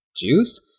juice